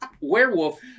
werewolf